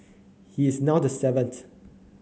he is now the seventh